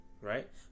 right